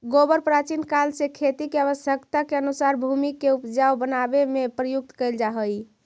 गोबर प्राचीन काल से खेती के आवश्यकता के अनुसार भूमि के ऊपजाऊ बनावे में प्रयुक्त कैल जा हई